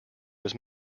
was